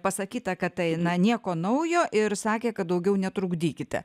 pasakyta kad tai na nieko naujo ir sakė kad daugiau netrukdykite